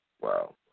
Wow